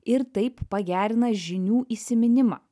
ir taip pagerina žinių įsiminimą